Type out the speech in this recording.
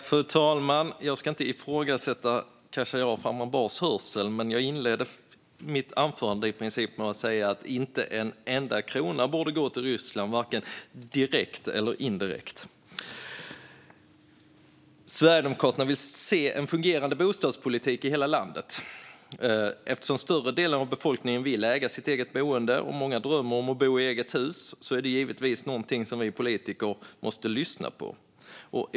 Fru talman! Jag ska inte ifrågasätta Khashayar Farmanbars hörsel, men jag inledde i princip mitt anförande med att säga att inte en enda krona borde gå till Ryssland, varken direkt eller indirekt. Sverigedemokraterna vill se en fungerande bostadspolitik i hela landet. Eftersom större delen av befolkningen vill äga sitt eget boende och många drömmer om att bo i eget hus är det givetvis någonting som vi politiker måste lyssna på.